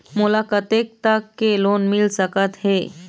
मोला कतेक तक के लोन मिल सकत हे?